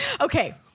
Okay